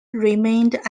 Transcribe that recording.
remained